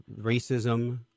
racism